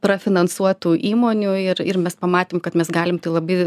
prafinansuotų įmonių ir ir mes pamatėm kad mes galim tai labai